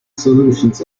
solutions